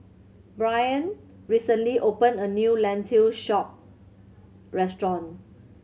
Brain recently opened a new Lentil Soup restaurant